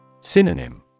Synonym